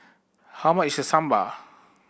how much is Sambar